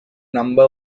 number